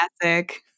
Classic